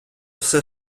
все